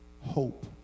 hope